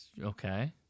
okay